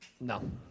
No